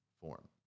form